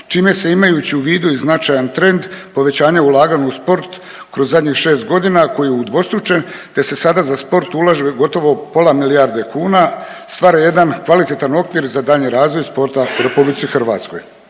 čime se imajući u vidu i značajan trend povećanja ulaganja u sport kroz zadnjih 6 godina koji je udvostručen te se sada za sport ulaže gotovo pola milijarde kuna, stvara jedan kvalitetan okvir za daljnji razvoj sporta u RH. Hrvatska